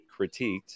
critiqued